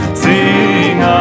sing